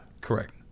Correct